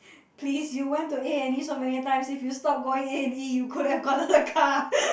please you went to A-and-E so many times if you stop going A-and-E you could have gotten a car